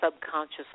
subconscious